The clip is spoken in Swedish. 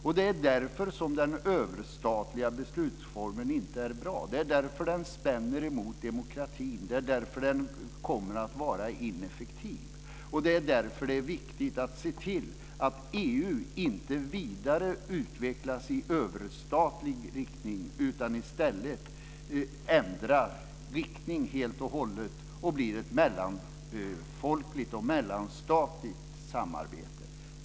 Det är därför som den överstatliga beslutsformen inte är bra. Det är därför den spänner emot demokratin. Det är därför den kommer att vara ineffektiv. Det är därför det är viktigt att se till att EU inte vidareutvecklas i överstatlig riktning utan i stället ändrar riktning helt och hållet och blir ett mellanfolkligt och mellanstatligt samarbete.